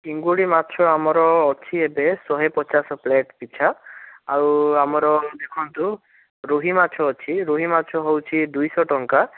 ଚିଙ୍ଗୁଡ଼ି ମାଛ ଆମର ଅଛି ଏବେ ଶହେ ପଚାଶ ପ୍ଲେଟ୍ ପିଛା ଆଉ ଆମର ଦେଖନ୍ତୁ ରୋହିମାଛ ଅଛି ରୋହିମାଛ ହେଉଚି ଦୁଇଶହ ଟଙ୍କା